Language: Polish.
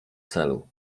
celu